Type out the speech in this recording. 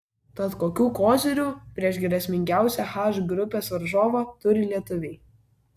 tad kokių kozirių prieš grėsmingiausią h grupės varžovą turi lietuviai